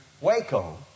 Waco